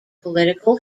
political